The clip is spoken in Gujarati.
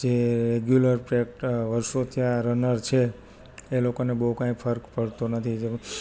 જે રેગ્યુલર પ્રેક વર્ષો થયા રનર છે એ લોકોને બહુ કંઈ ફરક પડતો નથી જેઓ